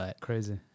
Crazy